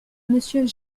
monsieur